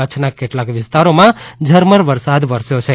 કચ્છના કેટલાક વિસ્તારોમાં ઝરમર વરસાદ વરસ્યો છે